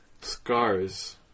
scars